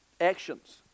actions